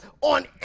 on